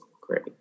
great